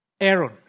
Aaron